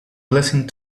blessing